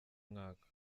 mwaka